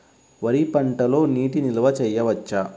వరి పంటలో నీటి నిల్వ చేయవచ్చా?